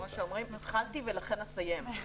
כמו שאומרים, התחלתי ולכן אסיים.